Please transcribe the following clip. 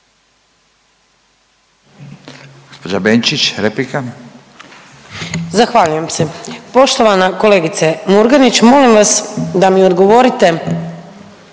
Sandra (Možemo!)** Zahvaljujem se. Poštovana kolegice Murganić, molim vas da mi odgovorite